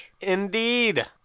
Indeed